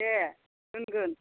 दे दोनगोन